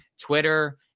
Twitter